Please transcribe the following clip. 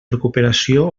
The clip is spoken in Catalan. recuperació